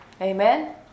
Amen